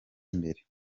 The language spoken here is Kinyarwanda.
imbere